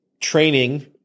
Training